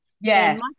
Yes